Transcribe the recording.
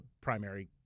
primary –